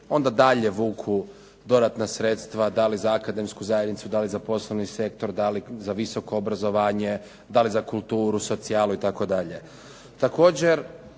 onda dalje vuku dodatna sredstva da li za akademsku zajednicu, da li za poslovni sektor, da li za visoko obrazovanje, da li za kulturu, socijalu itd.